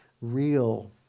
real